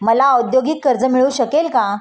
मला औद्योगिक कर्ज मिळू शकेल का?